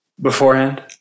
beforehand